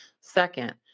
Second